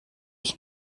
ich